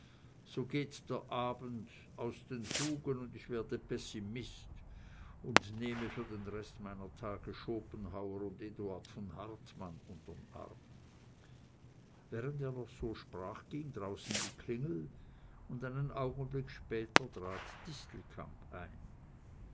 so geht der abend aus den fugen und ich werde pessimist und nehme für den rest meiner tage schopenhauer und eduard von hartmann untern arm während er noch so sprach ging draußen die klingel und einen augenblick später trat distelkamp ein